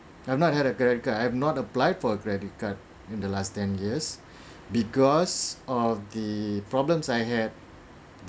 I've not had a credit card I have not applied for a credit card in the last ten years because of the problems I had